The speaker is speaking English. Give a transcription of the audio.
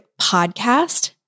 podcast